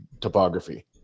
topography